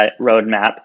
roadmap